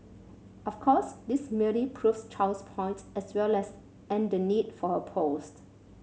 of course this merely proves Chow's point as well as and the need for her post